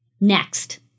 Next